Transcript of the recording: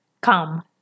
come